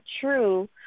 true